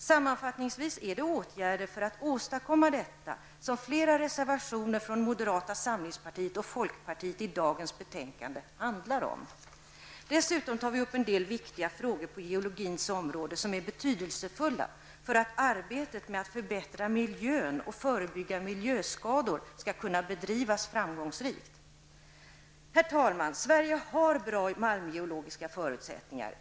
Sammanfattningsvis är det åtgärder för att åstadkomma detta som flera reservationer från moderata samlingspartiet och folkpartiet i dagens betänkande handlar om. Dessutom tar vi upp en del viktiga frågor på geologins område som är betydelsefulla för att arbetet med att förbättra miljön och förebygga miljöskador skall kunna bedrivas framgångsrikt. Herr talman! Sverige har bra malmgeologiska förutsättningar.